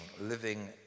living